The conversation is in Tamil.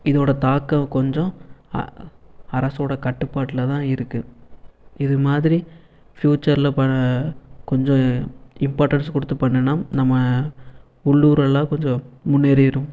இதோடய தாக்கம் கொஞ்சம் அரசோட கட்டுப்பாட்டில் தான் இருக்குது இது மாதிரி ஃபியூச்சரில் கொஞ்சம் இம்பார்ட்டண்ட்ஸ் கொடுத்து பண்ணுனால் நம்ம உள்ளூரெலாம் கொஞ்சம் முன்னேறிவிடும்